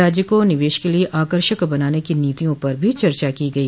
राज्य को निवेश के लिए आकर्षक बनाने की नीतियों पर भी चर्चा की गई